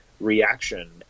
Reaction